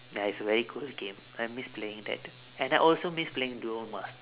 ya it's a very cool game and I miss playing that and I also miss playing duel masters